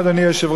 אדוני היושב-ראש,